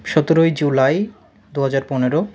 সতেরোই জুলাই দু হাজার পনেরো